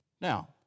Now